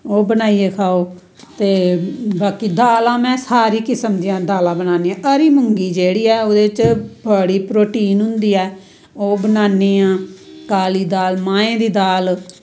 ओह् बनाइयै खाओ ते बाकी दालां में सारी किस्म दियां दालां बनानी हरी मुंगी जेह्ड़ी ऐ ओह्दे बड़ी प्रोटीन होंदी ऐ ओह् बनानी आं काली दाव मांहें दी दाव